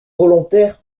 volontaire